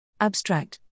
Abstract